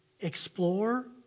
explore